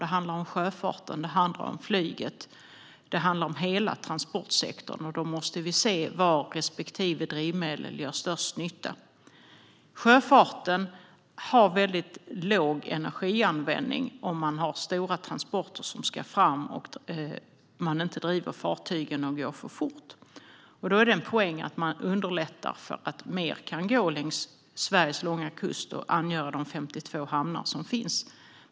Det handlar om sjöfarten, flyget och hela transportsektorn. Då måste vi se var respektive drivmedel gör störst nytta. Sjöfarten har väldigt låg energianvändning om man har stora transporter som ska fram och man inte driver fartygen och går för fort. Då är det en poäng att man underlättar för att mer kan gå längs Sveriges långa kust och angöra de 52 hamnar som finns.